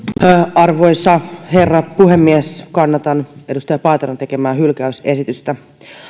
arvoisa herra puhemies kannatan edustaja paateron tekemää hylkäysesitystä